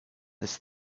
this